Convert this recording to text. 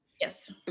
Yes